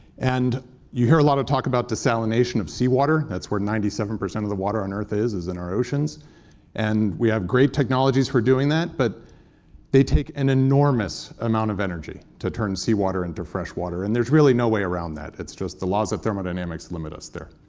and you hear a lot of talk about desalination of sea water that's where ninety seven percent of the water on earth is, is in our oceans and we have great technologies for doing that. but they take an enormous amount of energy to turn seawater into freshwater, and there's really no way around that. it's just the laws of thermodynamics limit us there.